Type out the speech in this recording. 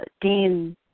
Dean